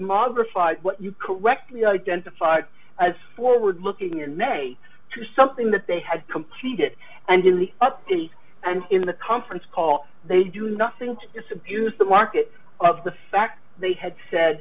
rified what you correctly identified as forward looking in may to something that they had completed and in the up and in the conference call they do nothing to disabuse the market of the fact they had said